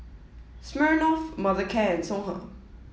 Smirnoff Mothercare and Songhe